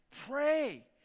pray